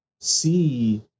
see